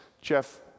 Jeff